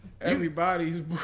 Everybody's